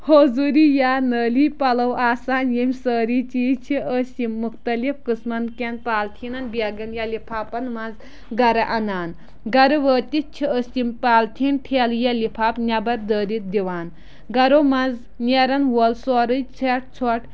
حوزوٗری یا نٲلی پَلَو آسان یِم سٲری چیٖز چھِ أسۍ یِم مختلف قٕسمَن کٮ۪ن پالتھیٖنَن بیگَن یا لِفاپَن منٛز گَرٕ اَنان گَرٕ وٲتِتھ چھِ أسۍ یِم پالتھیٖن ٹھیلہٕ یا لِفافہٕ نٮ۪بَر دٲرِتھ دِوان گَرو منٛز نیرَن وول سورُے ژھٮ۪ٹھ ژھۄٹھ